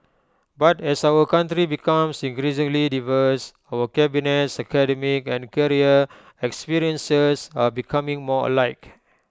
but as our country becomes increasingly diverse our cabinet's academic and career experiences are becoming more alike